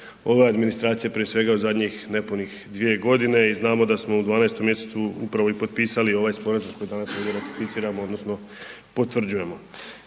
ove administracije, prije svega, u zadnjih nepunih 2.g. i znamo da smo u 12 mjesecu upravo i potpisali ovaj sporazum koji danas ratificiramo odnosno potvrđujemo.